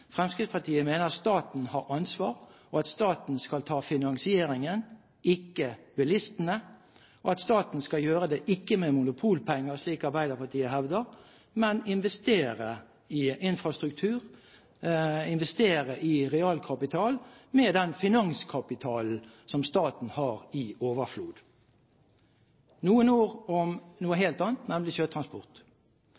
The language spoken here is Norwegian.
Fremskrittspartiet mener staten har ansvaret og at staten – ikke bilistene – skal ta finansieringen, og at staten skal gjøre det ikke med monopolpenger, slik Arbeiderpartiet hevder, men investere i infrastruktur, investere i realkapital, med den finanskapitalen som staten har i overflod. Så noen ord om noe